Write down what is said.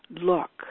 look